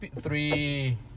three